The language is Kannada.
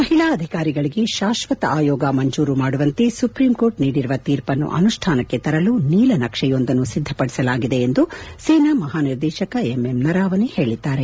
ಮಹಿಳಾ ಅಧಿಕಾರಿಗಳಿಗೆ ಶಾಶ್ವತ ಆಯೋಗ ಮಂಜೂರು ಮಾಡುವಂತೆ ಸುಪ್ರೀಂಕೋರ್ಟ್ ನೀಡಿರುವ ತೀರ್ಪನ್ನು ಅನುಷ್ನಾನಕ್ಕೆ ತರಲು ನೀಲನಕ್ಷೆಯೊಂದನ್ನು ಸಿದ್ದಪಡಿಸಲಾಗಿದೆ ಎಂದು ಸೇನಾ ಮಹಾನಿರ್ದೇಶಕ ಎಂ ಎಂ ನರಾವನೆ ಹೇಳಿದ್ದಾರೆ